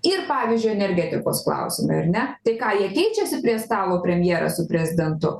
ir pavyzdžiui energetikos klausimai ar ne tai ką jie keičiasi prie stalo premjerės su prezidentu